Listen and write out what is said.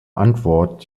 antwort